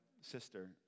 sister